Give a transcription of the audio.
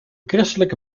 christelijke